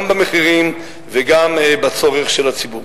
גם במחירים וגם בצורך של הציבור.